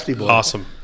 awesome